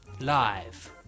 Live